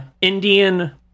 Indian